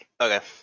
Okay